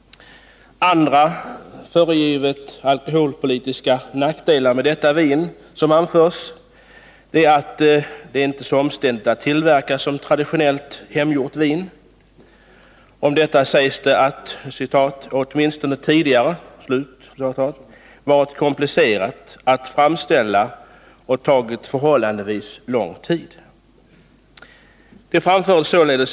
Andra föregivet alkoholpolitiska nackdelar med framställning av snabbvin som anförts i propositionen är att sådant vin inte är lika omständligt att tillverka som traditionellt hemgjort vin. Det har — sägs det i propositionen — ”åtminstone tidigare” varit komplicerat att framställa och tagit förhållandevis lång tid.